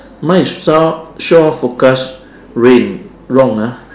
mine is sho~ shore forecast rain wrong ah